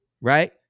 right